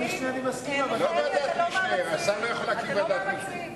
השר לא יכול להקים ועדת משנה.